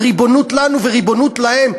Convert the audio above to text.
על ריבונות לנו וריבונות להם,